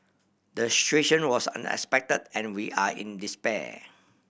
the was unexpected and we are in despair